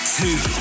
two